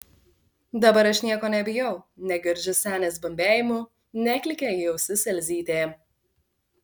dabar aš nieko nebijau negirdžiu senės bambėjimų neklykia į ausis elzytė